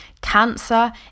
cancer